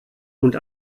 und